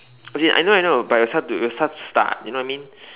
as in I know I know but it was hard to it was hard to start you know what I mean